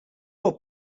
your